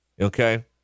okay